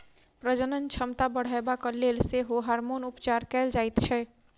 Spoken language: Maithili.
प्रजनन क्षमता बढ़यबाक लेल सेहो हार्मोन उपचार कयल जाइत छै